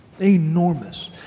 Enormous